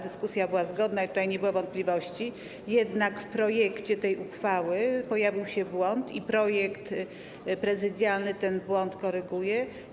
Dyskusja była zgodna i tutaj nie było wątpliwości, jednak w projekcie tej uchwały pojawił się błąd i projekt prezydialny ten błąd koryguje.